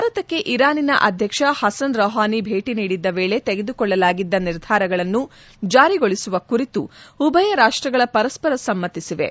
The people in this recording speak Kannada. ಭಾರತಕ್ಕೆ ಇರಾನಿನ ಅಧ್ಯಕ್ಷ ಹಸನ್ ರೌಹಾನಿ ಭೇಟ ನೀಡಿದ್ದ ವೇಳೆ ತೆಗೆದುಕೊಳ್ಳಲಾಗಿದ್ದ ನಿರ್ಧಾರಗಳನ್ನು ಜಾರಿಗೊಳಿಸುವ ಕುರಿತು ಉಭಯ ರಾಷ್ಟಗಳ ಪರಸ್ಪರ ಸಮ್ಮತಿಸಿವೆ